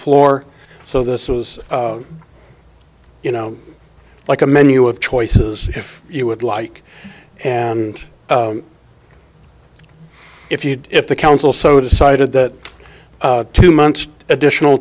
floor so this was you know like a menu of choices if you would like and if you if the council so decided that two months additional